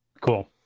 Cool